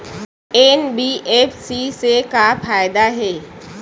NBFC से का फ़ायदा हे?